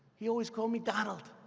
he always called me donald.